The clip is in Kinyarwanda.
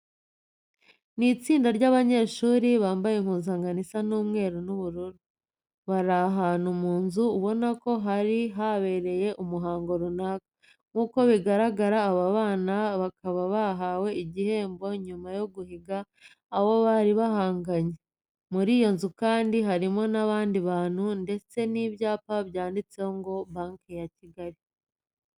Ni itsinda ry'abanyeshuri bambaye impuzankano isa umweru n'ubururu, bari ahantu mu nzu ubona ko hari habereyemo umuhango runaka. Nk'uko bigaragara aba bana bakaba bahawe igihembo nyuma yo guhiga abo bari bahanganye. Muri iyo nzu kandi harimo n'abandi bantu ndetse n'ibyapa byanditseho ngo Banki ya Kigali.